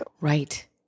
Right